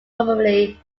contains